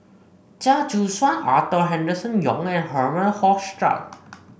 Chia Choo Suan Arthur Henderson Young and Herman Hochstadt